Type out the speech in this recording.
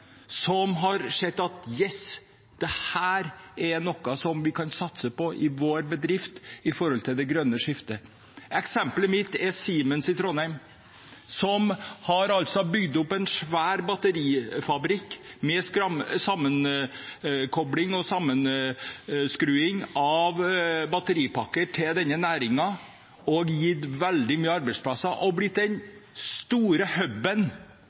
som har sett at dette har vært noe de kunne satse på i sin bedrift, med tanke på det grønne skiftet. Eksemplet mitt er Siemens i Trondheim, som har bygd opp en svær batterifabrikk for sammenkobling og sammenskruing av batteripakker til denne næringen, og som har skapt veldig mange arbeidsplasser og har blitt den store